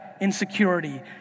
insecurity